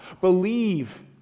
Believe